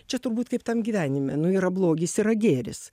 čia turbūt kaip tam gyvenime nu yra blogis yra gėris